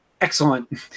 excellent